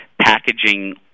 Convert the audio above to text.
packaging